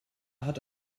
hat